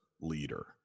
leader